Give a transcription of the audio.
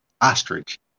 ostrich